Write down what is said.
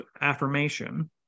affirmation